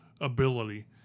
ability